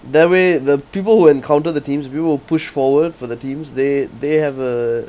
that way the people who encounter the teams we will push forward for the teams they they have a